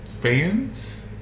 fans